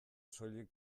soilik